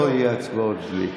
לא יהיו הצבעות בלי.